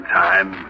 time